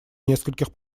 нескольких